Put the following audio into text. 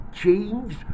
changed